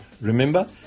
Remember